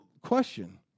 question